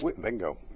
Bingo